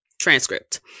transcript